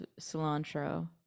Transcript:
cilantro